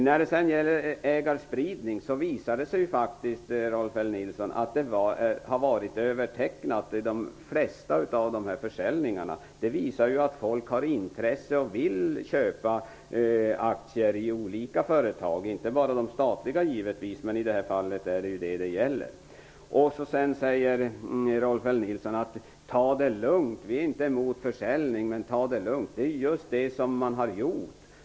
När det gäller ägarspridning har det ju faktiskt, Rolf L Nilson, varit övertecknat vid de flesta av dessa försäljningar. Folk vill och har intresse av att köpa aktier i olika företag, givetvis inte bara i de statliga som det här fallet gäller. Rolf L Nilson sade att man skulle ta det lugnt. De är inte emot en försäljning, men de vill att man skall ta det lugnt. Det är just det som man har gjort.